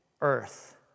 earth